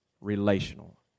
Relational